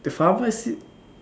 the pharmacy